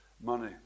money